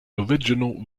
original